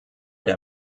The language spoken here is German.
der